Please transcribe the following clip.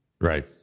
Right